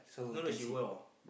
no no she wore